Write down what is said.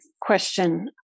question